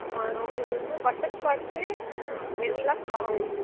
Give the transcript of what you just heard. ஆமாங்க உங்களுக்கு வந்து பட்டர் ஸ்காட்சு வெண்ணிலா ஸ்டாபெர்ரி